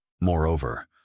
Moreover